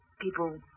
People